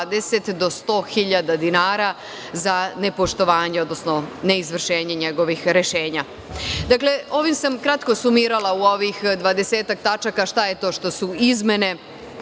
do 100 hiljada dinara za nepoštovanje odnosno neizvršenje njegovih rešenja. Ovim sam kratko sumirala u ovih 20-ak tačaka šta je to što su izmene